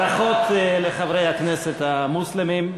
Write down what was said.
ברכות לחברי הכנסת המוסלמים.